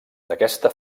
d’aquesta